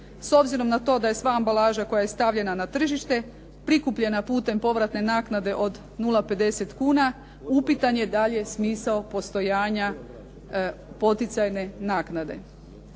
S obzirom da je to sva ambalaža koja je stavljena na tržište prikupljena putem povratne naknade od 0,50 kuna upitan je dalje smisao postojanja poticajne naknade.